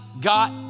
got